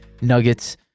Nuggets